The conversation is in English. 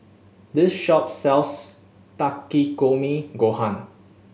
this shop sells Takikomi Gohan